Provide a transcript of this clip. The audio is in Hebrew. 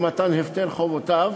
למתן הפטר חובותיו,